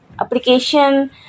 application